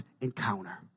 encounter